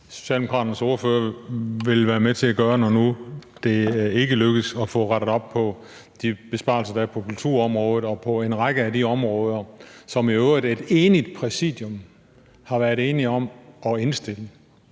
Socialdemokraternes ordfører vil være med til at gøre, når nu det ikke lykkes at få rettet op på de besparelser, der er blevet foretaget på kulturområdet og på en række af de områder, som et enigt præsidium i øvrigt flere gange har indstillet